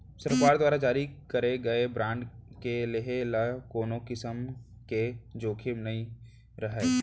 सरकार दुवारा जारी करे गए बांड के लेहे म कोनों किसम के जोखिम नइ रहय